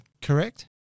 correct